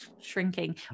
shrinking